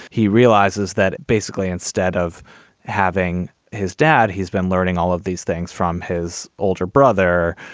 he realizes that basically instead of having his dad, he's been learning all of these things from his older brother.